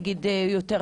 למשל יותר בראשון,